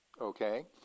Okay